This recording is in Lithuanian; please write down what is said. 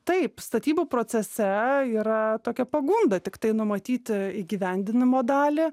taip statybų procese yra tokia pagunda tiktai numatyti įgyvendinimo dalį